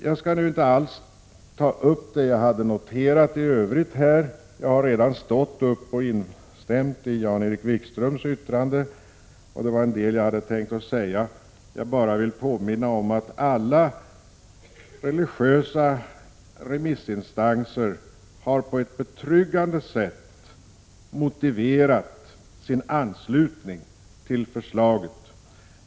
Jag skall inte alls beröra det som jag i övrigt hade noterat — jag har redan stått upp och instämt i Jan-Erik Wikströms yttrande. Det var en del som jag hade tänkt att säga. Jag vill bara påminna om att alla religiösa remissinstanser på ett betryggande sätt har motiverat sin anslutning till förslaget.